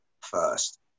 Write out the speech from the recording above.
first